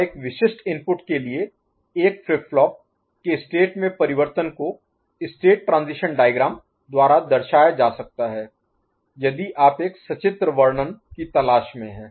और एक विशिष्ट इनपुट के लिए एक फ्लिप फ्लॉप के स्टेट में परिवर्तन को स्टेट ट्रांजीशन डायग्राम द्वारा दर्शाया जा सकता है यदि आप एक सचित्र वर्णन की तलाश में हैं